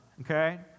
okay